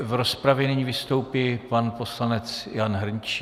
V rozpravě nyní vystoupí pan poslanec Jan Hrnčíř.